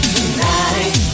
Tonight